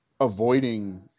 avoiding